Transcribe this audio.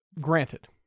granted